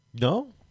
no